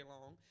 long